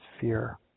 fear